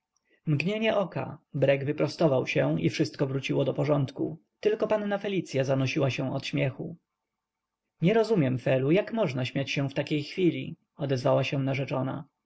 starskiego mgnienie oka brek wyprostował się i wszystko wróciło do porządku tylko panna felicya zanosiła się od śmiechu nie rozumiem felu jak można śmiać się w takiej chwili odezwała się narzeczona